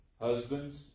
Husbands